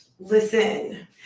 Listen